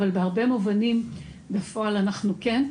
אבל בהרבה מובנים בפועל אנחנו כן.